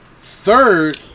Third